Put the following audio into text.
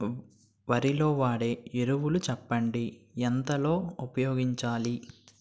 వరిలో వాడే ఎరువులు చెప్పండి? ఎంత లో ఉపయోగించాలీ?